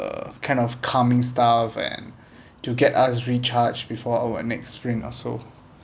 a kind of coming starve and to get us recharge before our next spring also